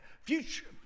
future